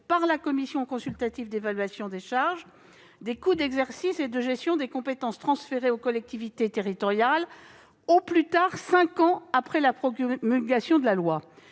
par la commission consultative sur l'évaluation des charges du Comité des finances locales, des coûts d'exercice et de gestion des compétences transférées aux collectivités territoriales, au plus tard cinq ans après la promulgation de la loi.